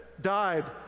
died